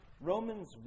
Romans